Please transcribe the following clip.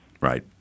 Right